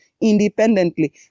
independently